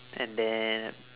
and then